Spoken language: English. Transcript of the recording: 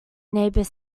neighbour